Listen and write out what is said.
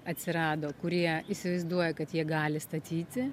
atsirado kurie įsivaizduoja kad jie gali statyti